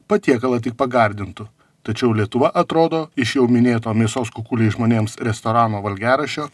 patiekalą tik pagardintų tačiau lietuva atrodo iš jau minėto mėsos kukuliai žmonėms restorano valgiaraščio